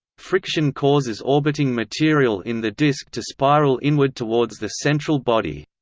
friction causes orbiting material in the disk to spiral inward towards the central body.